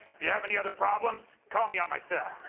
if you have any other problems, call me on my cell.